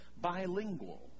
bilingual